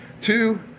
two